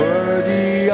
Worthy